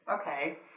Okay